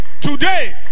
today